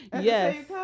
yes